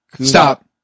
Stop